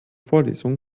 vorlesung